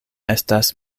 estas